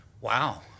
wow